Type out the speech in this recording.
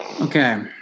Okay